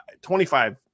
25